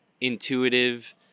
intuitive